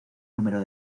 número